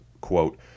quote